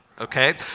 okay